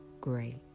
great